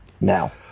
now